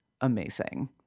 amazing